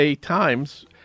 Times